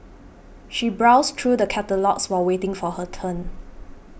she browsed through the catalogues while waiting for her turn